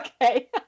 Okay